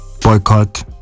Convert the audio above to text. boycott